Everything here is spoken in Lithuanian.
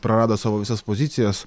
prarado savo visas pozicijas